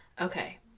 Okay